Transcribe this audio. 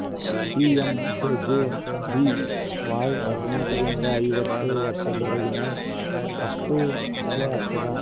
PMJJBY ಹದಿನೆಂಟರಿಂದ ಐವತ್ತ ವರ್ಷದೊರಿಗೆ ಅಷ್ಟ ಅಪ್ಲೈ ಆಗತ್ತ